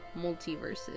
multiverses